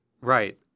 Right